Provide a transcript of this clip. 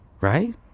right